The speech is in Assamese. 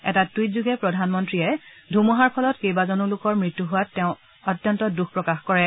এটা টুইটযোগে প্ৰধানমন্ত্ৰীয়ে কয় যে ধুমুহাৰ ফলত কেইবাজনো লোকৰ মৃত্যু হোৱাত তেওঁ অত্যন্ত দুখ প্ৰকাশ কৰিছে